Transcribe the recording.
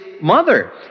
mother